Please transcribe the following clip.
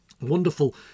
wonderful